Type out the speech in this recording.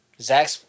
Zach